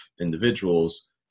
individuals